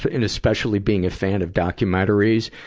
ah and especially being a fan of documentaries,